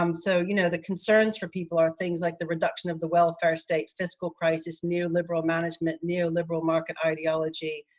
um so you know the concerns for people are things like the reduction of the welfare state, fiscal crisis, neo liberal management, neoliberal market, ideology,